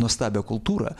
nuostabią kultūrą